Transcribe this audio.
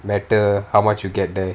matter how much you get there